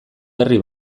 herri